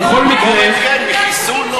מביקורת כן, מחיסול לא.